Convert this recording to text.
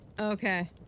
Okay